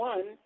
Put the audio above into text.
One